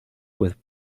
with